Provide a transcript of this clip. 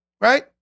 Right